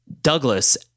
Douglas